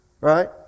Right